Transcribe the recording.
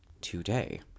today